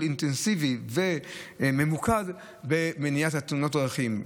אינטנסיבי וממוקד במניעת תאונות הדרכים.